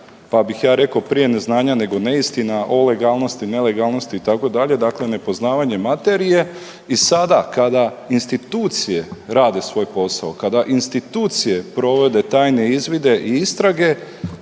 pa bih ja rekao prije neznanja nego neistina o legalnosti, nelegalnosti itd., dakle nepoznavanje materije i sada kada institucije rade svoj posao, kada institucije provode tajne izvide i istrage